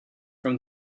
from